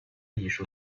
艺术